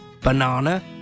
banana